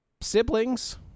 siblings